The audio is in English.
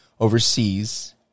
overseas